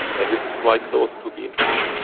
and this is quite close to being introduced.